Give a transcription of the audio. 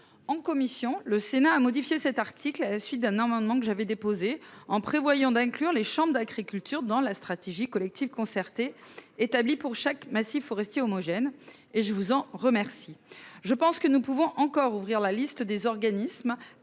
en commission, le Sénat a modifié cet article. À la suite d'un amendement que j'avais déposé en prévoyant d'inclure les chambres d'agriculture dans la stratégie du collectif concertée établi pour chaque massifs forestiers homogène et je vous en remercie. Je pense que nous pouvons encore ouvrir la liste des organismes